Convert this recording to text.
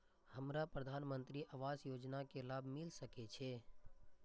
हमरा प्रधानमंत्री आवास योजना के लाभ मिल सके छे?